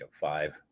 five